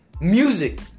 music